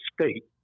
state